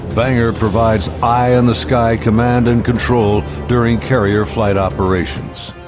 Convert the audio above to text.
banger provides eye in the sky command and control during carrier flight operations.